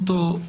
בבקשה.